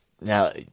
now